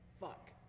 fuck